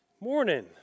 Morning